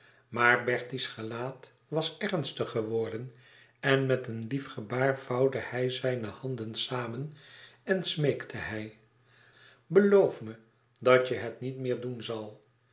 maar bertie's gelaat was ernstig geworden en met een lief gebaar vouwde hij zijne handen samen en smeekte hij beloof me dat je het niet meer doen zal